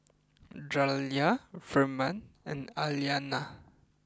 Jaliyah Firman and Aliana